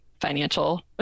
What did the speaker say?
financial